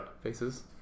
Faces